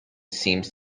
seems